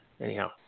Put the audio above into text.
Anyhow